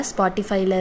Spotify